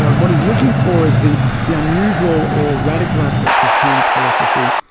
what he's looking for is the the unusual or radical aspects of hume's philosophy,